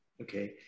okay